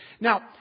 Now